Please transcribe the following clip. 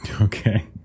Okay